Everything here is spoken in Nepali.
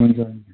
हुन्छ